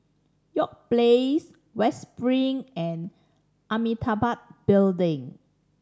York Place West Spring and Amitabha Building